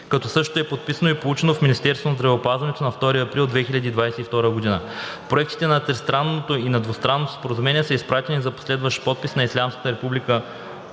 като същото е подписано и получено в Министерството на здравеопазването на 2 април 2022 г. Проектите на Тристранното и на Двустранното споразумение са изпратени за последващ подпис на Ислямска република